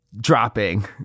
dropping